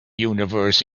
universe